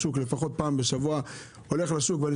לפחות פעם בשבוע אני הולך לשוק ועושה קניות,